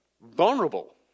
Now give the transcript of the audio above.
vulnerable